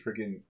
freaking